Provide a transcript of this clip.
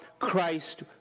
Christ